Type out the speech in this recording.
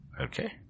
Okay